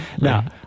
Now